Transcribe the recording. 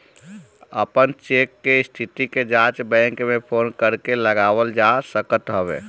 अपन चेक के स्थिति के जाँच बैंक में फोन करके लगावल जा सकत हवे